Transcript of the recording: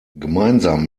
gemeinsam